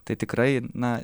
tai tikrai na